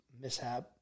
mishap